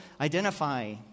identify